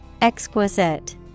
exquisite